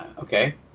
okay